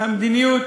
המדיניות